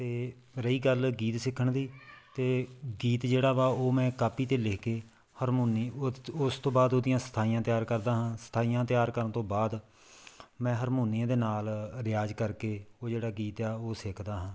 ਅਤੇ ਰਹੀ ਗੱਲ ਗੀਤ ਸਿੱਖਣ ਦੀ ਅਤੇ ਗੀਤ ਜਿਹੜਾ ਵਾ ਉਹ ਮੈਂ ਕਾਪੀ 'ਤੇ ਲਿਖ ਕੇ ਹਾਰਮੋਨੀ ਉਸ ਉਸ ਤੋਂ ਬਾਅਦ ਉਹਦੀਆਂ ਸਥਾਈਆਂ ਤਿਆਰ ਕਰਦਾ ਹਾਂ ਸਥਾਈਆਂ ਤਿਆਰ ਕਰਨ ਤੋਂ ਬਾਅਦ ਮੈਂ ਹਰਮੋਨੀਆ ਦੇ ਨਾਲ ਰਿਆਜ਼ ਕਰਕੇ ਉਹ ਜਿਹੜਾ ਗੀਤ ਆ ਉਹ ਸਿੱਖਦਾ ਹਾਂ